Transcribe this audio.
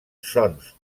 sons